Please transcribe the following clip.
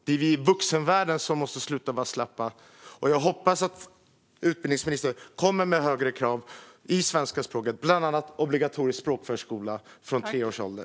Vi i vuxenvärlden måste sluta vara slappa, och jag hoppas att skolministern kommer med högre krav i svenska språket, bland annat obligatorisk språkförskola från tre års ålder.